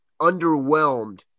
underwhelmed